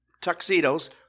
tuxedos